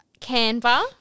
Canva